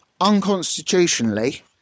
unconstitutionally